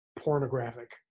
pornographic